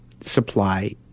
supply